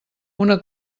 una